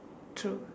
true